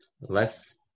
less